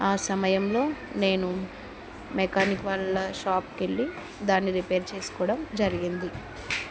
ఆ సమయంలో నేను మెకానిక్ వాళ్ళ షాప్కి వెళ్ళి దాన్ని రిపేర్ చేసుకోవడం జరిగింది